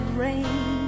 rain